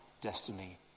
destiny